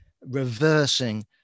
reversing